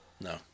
No